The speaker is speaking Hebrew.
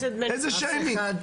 איזה שיימינג?